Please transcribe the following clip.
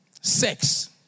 sex